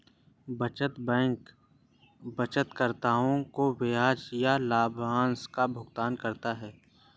बचत बैंक बचतकर्ताओं को ब्याज या लाभांश का भुगतान करता है